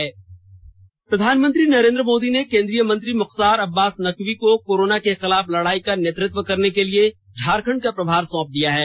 नकवी प्रधानमंत्री नरेन्द्र मोदी ने केंद्रीय मंत्री मुख्तार अब्बास नकवी को कोरोना के खिलाफ लड़ाई का नेतृत्व करने के लिए झारखंड का प्रभार दिया है